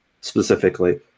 specifically